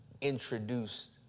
introduced